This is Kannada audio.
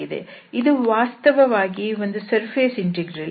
ಇದು ವಾಸ್ತವವಾಗಿ ಒಂದು ಸರ್ಫೇಸ್ ಇಂಟೆಗ್ರಲ್